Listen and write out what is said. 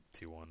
T1